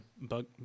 bug